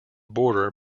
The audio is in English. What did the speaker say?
border